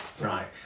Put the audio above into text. right